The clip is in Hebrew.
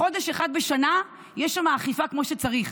בחודש אחד בשנה יש שם אכיפה כמו שצריך.